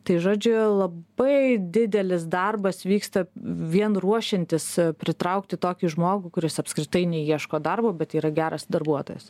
tai žodžiu labai didelis darbas vyksta vien ruošiantis pritraukti tokį žmogų kuris apskritai neieško darbo bet yra geras darbuotojas